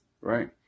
right